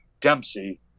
Dempsey